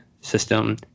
system